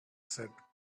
said